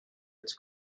its